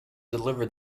delivered